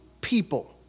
people